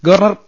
governor P